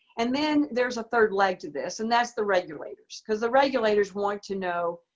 and then there's a third leg to this, and that's the regulators, because the regulators want to know